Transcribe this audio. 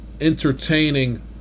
entertaining